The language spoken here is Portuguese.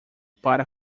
para